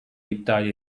iptal